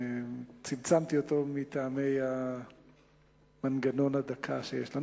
צמצמתי אותו מטעמי מנגנון הדקה שיש לנו.